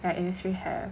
yeah Innisfree have